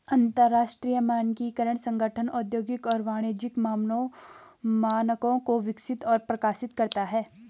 अंतरराष्ट्रीय मानकीकरण संगठन औद्योगिक और वाणिज्यिक मानकों को विकसित और प्रकाशित करता है